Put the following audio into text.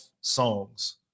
songs